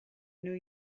new